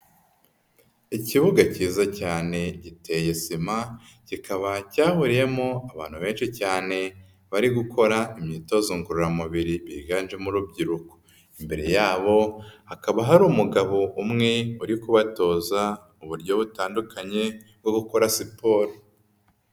Ikibuga cyiza cyane giteye sima, kikaba cyahuriyemo abantu benshi cyane bari gukora imyitozo ngororamubiri biganjemo urubyiruko. Imbere y'abo hakaba hari umugabo umwe uri kubatoza uburyo butandukanye bwo gukora siporo.